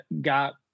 got